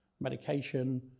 medication